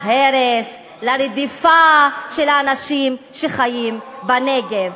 להרס, לרדיפה של האנשים שחיים בנגב,